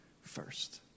first